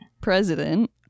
president